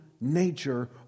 nature